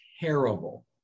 terrible